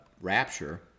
rapture